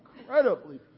incredibly